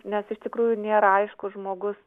nes iš tikrųjų nėra aišku žmogus